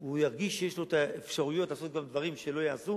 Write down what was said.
הוא ירגיש שיש לו אפשרויות לעשות גם דברים שלא ייעשו,